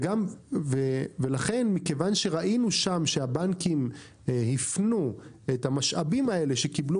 ומכיוון שראינו שם שהבנקים הפנו את המשאבים האלה שקיבלו